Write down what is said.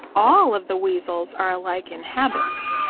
all of the weasels are alike in habits.